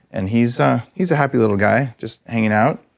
and he's ah he's a happy little guy. just hanging out.